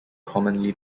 commonly